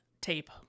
Tape